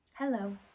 Hello